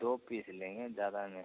दो पीस लेंगे ज़्यादा नहीं